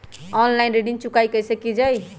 Online ऋण चुकाई कईसे की ञाई?